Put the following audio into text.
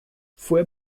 fue